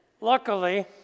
Luckily